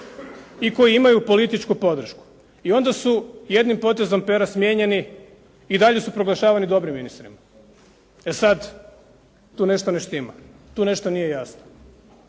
i koje imaju političku podršku i onda su jednim potezom pera smijenjeni, i dalje su proglašavani dobrim ministrima. E sad, tu nešto ne štima. Tu nešto nije jasno.